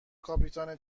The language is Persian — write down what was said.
کاپیتان